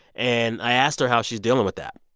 and i asked her how she's dealing with that